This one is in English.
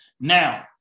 Now